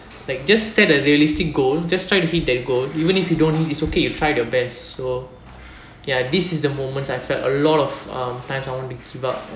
like just set a realistic goal just try to hit that goal even if you don't hit it's okay you tried your best so ya this is the moment I felt a lot of um times I want to give up